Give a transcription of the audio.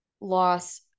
loss